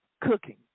cooking